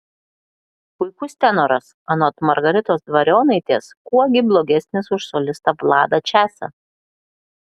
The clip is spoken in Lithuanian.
puikus tenoras anot margaritos dvarionaitės kuo gi blogesnis už solistą vladą česą